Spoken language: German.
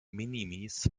minimis